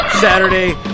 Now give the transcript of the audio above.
saturday